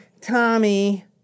Tommy